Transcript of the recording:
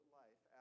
life